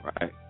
right